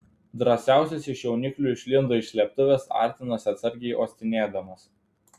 drąsiausias iš jauniklių išlindo iš slėptuvės artinosi atsargiai uostinėdamas